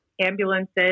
ambulances